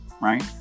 Right